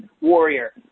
warrior